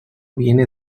viene